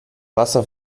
wasser